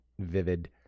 vivid